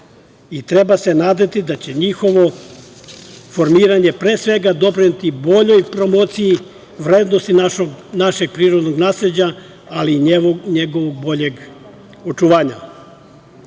Treba se nadati da će njihovo formiranje, pre svega, doprineti boljoj promociji vrednosti našeg prirodnog nasleđa, ali i njegovog boljeg očuvanja,